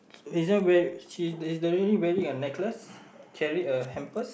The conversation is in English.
this is where is she is the lady wearing a necklace carrying a hamper